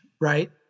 right